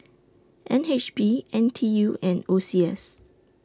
N H B N T U and O C S